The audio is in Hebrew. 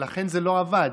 ולכן זה לא עבד,